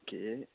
okay